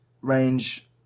range